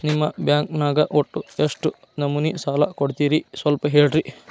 ನಿಮ್ಮ ಬ್ಯಾಂಕ್ ನ್ಯಾಗ ಒಟ್ಟ ಎಷ್ಟು ನಮೂನಿ ಸಾಲ ಕೊಡ್ತೇರಿ ಸ್ವಲ್ಪ ಹೇಳ್ರಿ